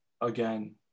again